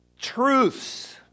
truths